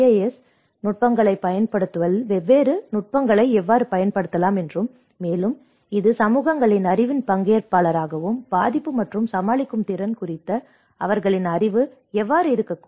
S நுட்பங்களைப் பயன்படுத்துவதில் வெவ்வேறு நுட்பங்களை எவ்வாறு பயன்படுத்தலாம் மேலும் இது சமூகங்களின் அறிவின் பங்கேற்பாளராகவும் பாதிப்பு மற்றும் சமாளிக்கும் திறன் குறித்த அவர்களின் அறிவு எவ்வாறு இருக்கக்கூடும்